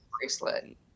bracelet